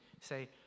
Say